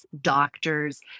doctors